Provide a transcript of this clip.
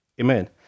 Amen